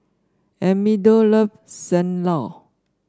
Amado loves Sam Lau